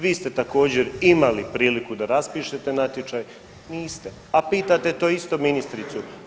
Vi ste također imali priliku da raspišete natječaj, niste, a pitate to isto ministricu.